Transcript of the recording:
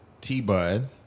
T-Bud